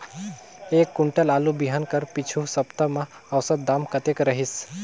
एक कुंटल आलू बिहान कर पिछू सप्ता म औसत दाम कतेक रहिस?